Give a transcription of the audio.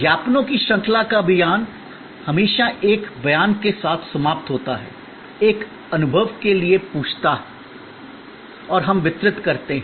विज्ञापनों की श्रृंखला का अभियान हमेशा एक बयान के साथ समाप्त होता है एक अनुभव के लिए पूछता है और हम वितरित करते हैं